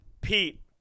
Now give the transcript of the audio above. Pete